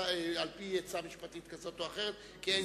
על-פי עצה משפטית כזאת או אחרת, כי אין סוף.